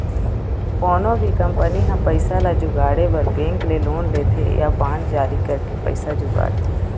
कोनो भी कंपनी ह पइसा ल जुगाड़े बर बेंक ले लोन लेथे या बांड जारी करके पइसा जुगाड़थे